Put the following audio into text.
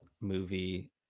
movie